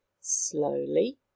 slowly